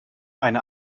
eine